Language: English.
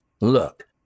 Look